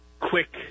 quick